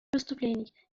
выступлений